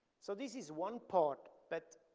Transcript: so this is one part that